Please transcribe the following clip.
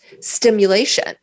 stimulation